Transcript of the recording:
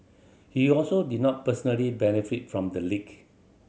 he also did not personally benefit from the leak